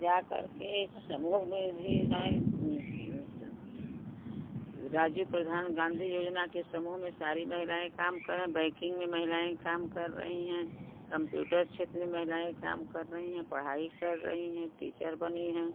जाकर के समूह में भी हैं राजीव प्रधान गाँधी योजना के समूह में सारी महिलाएँ काम करें बैकिंग में महिलाएँ काम कर रही हैं कंप्यूटर क्षेत्र में महिलाएँ काम कर रही हैं पढ़ाई कर रही हैं टीचर बनी हैं